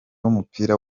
w’umupira